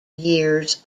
years